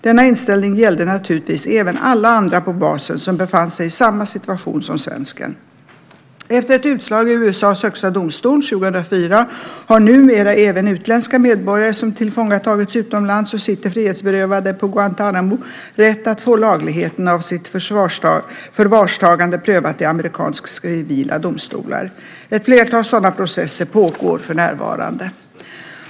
Denna inställning gällde naturligtvis även alla andra på basen som befann sig i samma situation som svensken. Efter ett utslag i USA:s högsta domstol 2004 har numera även utländska medborgare, som tillfångatagits utomlands och sitter frihetsberövade på Guantánamo, rätt att få lagligheten av sitt förvarstagande prövat i amerikanska civila domstolar. Ett flertal sådana processer pågår för närvarande.